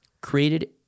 created